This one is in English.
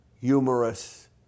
humorous